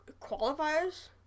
qualifiers